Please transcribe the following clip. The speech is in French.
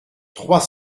trois